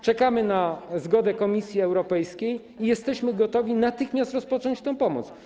Czekamy na zgodę Komisji Europejskiej i jesteśmy gotowi natychmiast rozpocząć tę pomoc.